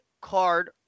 card